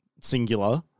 singular